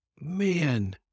man